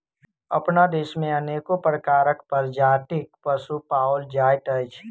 अपना देश मे अनेको प्रकारक प्रजातिक पशु पाओल जाइत अछि